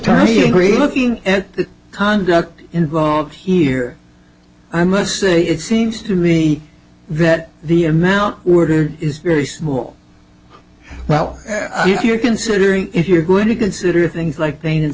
attorney agreed looking at the conduct involved here i must say it seems to me that the amount ordered is very small well if you're considering if you're going to consider things like pain and